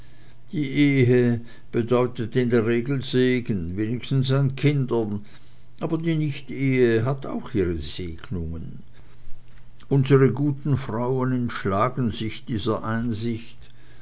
die ehe bedeutet in der regel segen wenigstens an kindern aber die nichtehe hat auch ihre segnungen unsre guten frauen entschlagen sich dieser einsicht